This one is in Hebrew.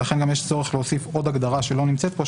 לכן גם יש צורך להוסיף עוד הגדרה שלא נמצאת פה,